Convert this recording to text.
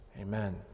Amen